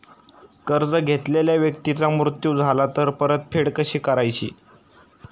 कर्ज घेतलेल्या व्यक्तीचा मृत्यू झाला तर परतफेड कशी करायची?